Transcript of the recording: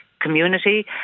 community